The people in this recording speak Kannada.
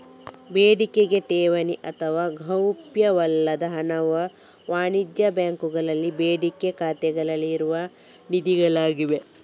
ಬೇಡಿಕೆ ಠೇವಣಿ ಅಥವಾ ಗೌಪ್ಯವಲ್ಲದ ಹಣವು ವಾಣಿಜ್ಯ ಬ್ಯಾಂಕುಗಳಲ್ಲಿನ ಬೇಡಿಕೆ ಖಾತೆಗಳಲ್ಲಿ ಇರುವ ನಿಧಿಗಳಾಗಿವೆ